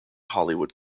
hollywood